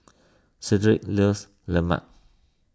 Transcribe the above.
Shedrick loves Lemang